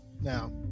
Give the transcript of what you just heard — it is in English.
now